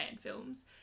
films